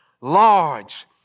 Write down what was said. large